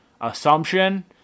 assumption